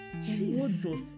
Jesus